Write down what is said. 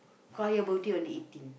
choir birthday on the eighteen